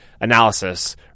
analysis